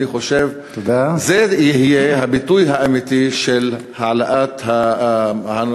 אני חושב שזה יהיה הביטוי האמיתי של העלאת הצורך